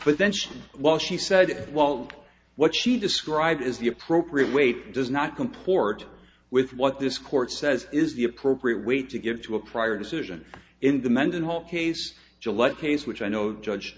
but then she well she said well what she described as the appropriate weight does not comport with what this court says is the appropriate way to get to a prior decision in the mendenhall case gillette case which i know judge